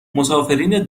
مسافرین